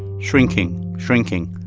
shrinking, shrinking.